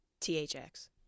THX